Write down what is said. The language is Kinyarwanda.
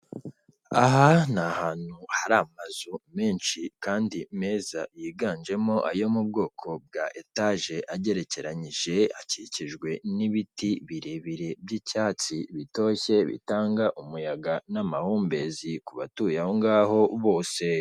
Aha ni ahantu hari amazu menshi kandi meza, yiganjemo ayo mu bwoko bwa etage, agerekeranyije, akikijwe n'ibiti birebire by'icyatsi bitoshye bitanga umuyaga n'amahumbezi ku batuye aho ngaho bose.